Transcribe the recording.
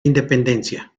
independencia